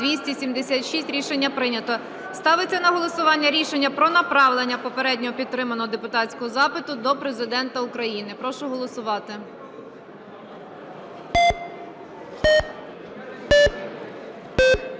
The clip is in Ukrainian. За-276 Рішення прийнято. Ставиться на голосування рішення про направлення попередньо підтриманого депутатського запиту до Президента України. Прошу голосувати.